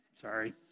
Sorry